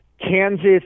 Kansas